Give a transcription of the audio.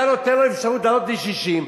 אתה נותן לו אפשרות לעלות ל-60.